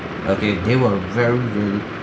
okay they were very very